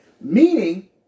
meaning